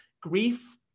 grief